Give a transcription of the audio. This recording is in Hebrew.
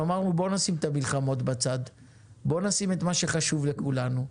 אמרנו שנשים את המלחמות בצד ונשים את מה שחשוב לכולנו.